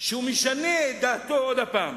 שהוא משנה את דעתו עוד הפעם?